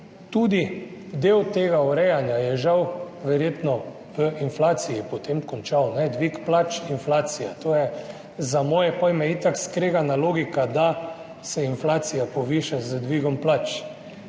tudi del tega urejanja je žal verjetno potem končal v inflaciji, dvig plač – inflacija. To je za moje pojme itak skregana logika, da se inflacija poviša z dvigom plač.